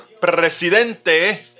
presidente